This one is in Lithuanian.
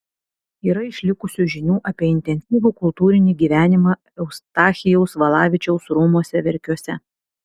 yra išlikusių žinių apie intensyvų kultūrinį gyvenimą eustachijaus valavičiaus rūmuose verkiuose